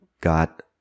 got